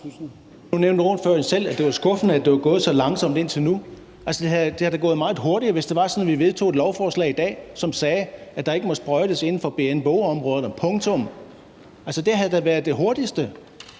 Nu nævnte ordføreren selv, at det var skuffende, at det var gået så langsomt indtil nu. Det var da gået meget hurtigere, hvis det var sådan, at vi vedtog et lovforslag i dag, som sagde, at der ikke må sprøjtes inden for BNBO-områderne – punktum! Altså, det havde da været det hurtigste.